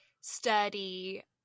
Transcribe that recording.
sturdy